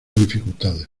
dificultades